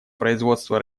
производства